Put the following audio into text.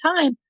time